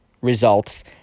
results